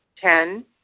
Ten